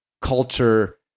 culture